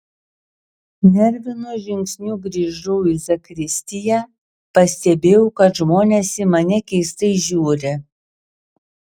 nervinu žingsniu grįžau į zakristiją pastebėjau kad žmonės į mane keistai žiūri